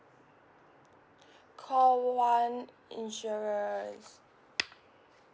call one insurance